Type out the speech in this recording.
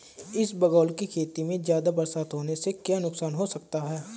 इसबगोल की खेती में ज़्यादा बरसात होने से क्या नुकसान हो सकता है?